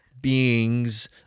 Beings